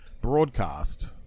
Broadcast